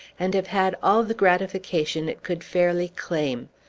and have had all the gratification it could fairly claim.